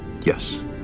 Yes